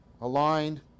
aligned